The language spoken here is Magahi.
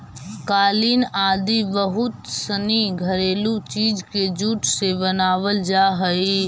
कालीन आदि बहुत सनी घरेलू चीज के जूट से बनावल जा हइ